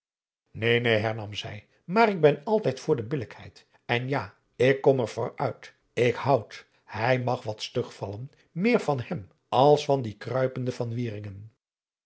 neen neen hernam zij maar ik ben altijd voor de billijkheid en ja ik kom er voor uit ik houd hij mag wat stug vallen meer van hem als van dien kruipenden